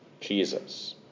Jesus